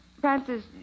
Francis